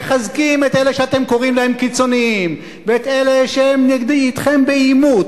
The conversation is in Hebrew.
מחזקים את אלה שאתם קוראים להם "קיצונים" ואת אלה שהם אתכם בעימות,